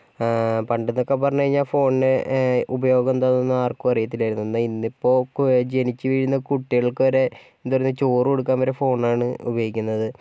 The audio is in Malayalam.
പണ്ടെന്നൊക്കെ പറഞ്ഞു കഴിഞ്ഞാൽ ഫോണിന് ഉപയോഗം എന്താണെന്ന് ആർക്കും അറിയത്തില്ലായിരുന്നു എന്നാൽ ഇന്നിപ്പോൾ ജനിച്ചു വീഴുന്ന കുട്ടികൾക്ക് വരെ എന്താ പറയുക ചോറ് കൊടുക്കാൻ വരെ ഫോണാണ് ഉപയോഗിക്കുന്നത്